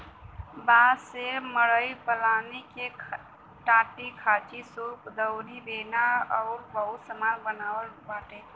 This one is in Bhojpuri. बांस से मड़ई पलानी के टाटीखांचीसूप दउरी बेना अउरी बहुते सामान बनत बाटे